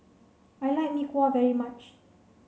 I like Mee Kuah very much